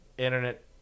internet